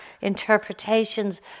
interpretations